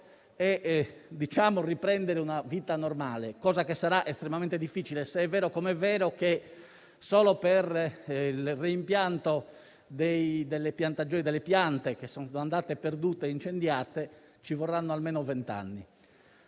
e riprendere una vita normale, cosa che sarà estremamente difficile, se è vero com'è vero che, solo per il reimpianto delle piante andate perdute e incendiate, ci vorranno almeno venti anni.